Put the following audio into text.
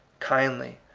kindly,